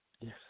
Yes